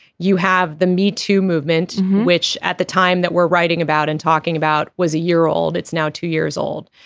you have the me movement which at the time that we're writing about and talking about was a year old it's now two years old.